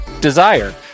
Desire